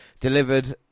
delivered